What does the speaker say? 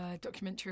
documentary